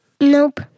Nope